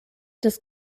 des